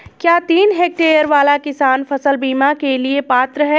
क्या तीन हेक्टेयर वाला किसान फसल बीमा के लिए पात्र हैं?